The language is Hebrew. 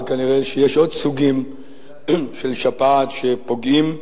אבל כנראה יש עוד סוגים של שפעת שפוגעים,